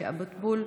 משה אבוטבול,